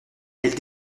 elle